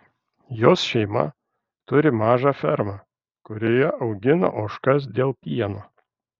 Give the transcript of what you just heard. jos šeima turi mažą fermą kurioje augina ožkas dėl pieno